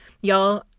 Y'all